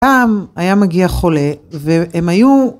‫כאן היה מגיע חולה, והם היו...